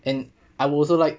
and I would also like